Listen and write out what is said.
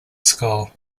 school